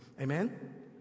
Amen